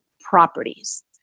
properties